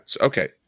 Okay